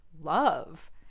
love